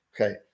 okay